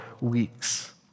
weeks